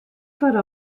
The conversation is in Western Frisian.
foar